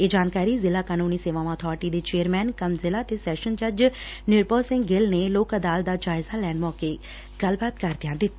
ਇਹ ਜਾਣਕਾਰੀ ਜ਼ਿਲ਼ਾ ਕਾਨੁੰਨੀ ਸੇਵਾਵਾਂ ਅਬਾਰਟੀ ਦੇ ਚੇਅਰਮੈਨ ਕਮ ਜ਼ਿਲਾ ਤੇ ਸੈਸ਼ਨਜ਼ ਜੱਜ ਨਿਰਭਓ ਸਿੰਘ ਗਿੱਲ ਨੇ ਲੋਕ ਅਦਾਲਤ ਦਾ ਜਾਇਜਾ ਲੈਣ ਮੌਕੇ ਗੱਲਬਾਤ ਕਰਦਿਆਂ ਦਿੱਤੀ